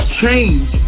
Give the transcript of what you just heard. change